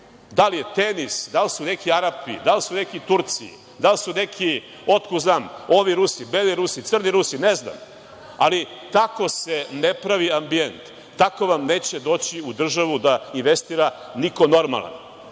Da li je „Tenis“, da li su neki Arapi, da li su neki Turci, da li su neki, otkud znam, ovi Rusi, beli Rusi, crni Rusi, ne znam, ali tako se ne pravi ambijent, tako vam neće doći u državu da investira niko normalan.